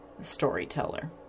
storyteller